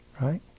right